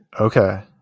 Okay